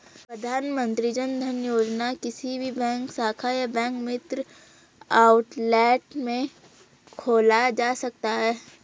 प्रधानमंत्री जनधन योजना किसी भी बैंक शाखा या बैंक मित्र आउटलेट में खोला जा सकता है